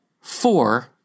four